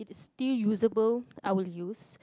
it's still useable I will use